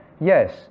Yes